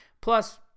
Plus